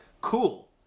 cool